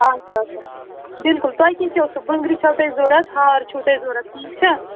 اچھا اچھا بِلکُل تۄہہِ کیٛاہ کیٛاہ اوسوٕ بنٛگرٕرِ چھَو تۄہہِ ضروٗرت ہار چھُو تۄہہِ ضروٗرت ٹھیٖک چھا